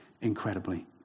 incredibly